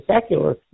secular